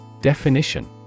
Definition